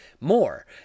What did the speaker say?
more